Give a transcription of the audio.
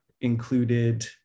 included